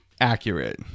accurate